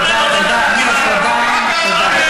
תודה, תודה, תודה.